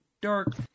Dark